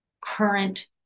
current